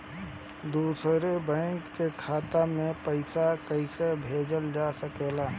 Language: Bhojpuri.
दूसरे बैंक के खाता में पइसा कइसे भेजल जा सके ला?